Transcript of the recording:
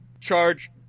charge